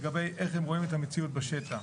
לגבי איך הם רואים את המציאות בשטח.